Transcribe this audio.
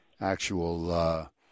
actual –